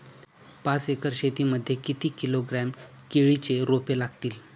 पाच एकर शेती मध्ये किती किलोग्रॅम केळीची रोपे लागतील?